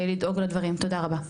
לדאוג לדברים, תודה רבה.